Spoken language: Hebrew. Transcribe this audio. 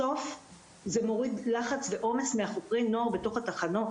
בסוף זה מוריד לחץ ועומס מחוקרי הנוער בתוך התחנות.